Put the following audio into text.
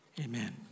Amen